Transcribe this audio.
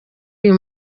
uyu